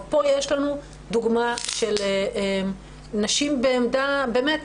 פה יש לנו דוגמה של נשים בעמדה --- באמת,